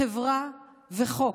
חברה וחוק.